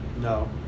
No